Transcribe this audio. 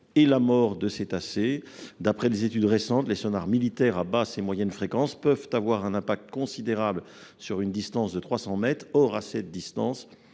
et la mort de cétacés. D'après des études récentes, les sonars militaires à basse et moyenne fréquence peuvent avoir un impact considérable sur une distance de 300 mètres. Or, à cette distance,